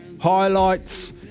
highlights